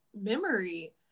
memory